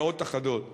מאות אחדות.